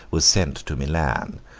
was sent to milan,